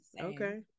Okay